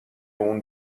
اون